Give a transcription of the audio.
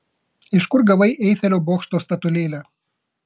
iš kur gavai eifelio bokšto statulėlę